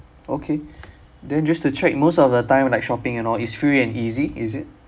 okay then just to check most of the time like shopping and all is free and easy is it